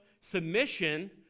submission